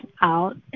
out